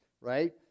right